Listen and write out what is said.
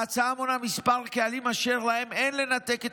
ההצעה מונה כמה קהלים אשר להם אין לנתק את